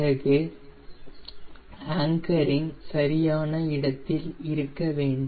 பிறகு அங்கரிங் சரியான இடத்தில் இருக்க வேண்டும்